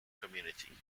community